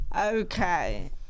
Okay